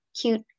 cute